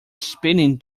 spending